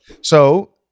So-